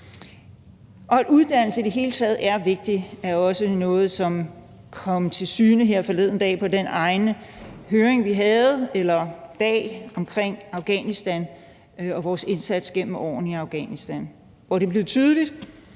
At uddannelse i det hele taget er vigtig, er også noget, som kom til syne her forleden dag, da vi brugte en dag på at snakke om Afghanistan og vores indsats gennem årene i Afghanistan, hvor det blev tydeligt,